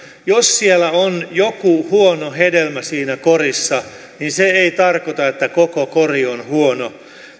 jos siellä on joku huono hedelmä siinä korissa niin se ei tarkoita että koko kori on huono